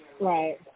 Right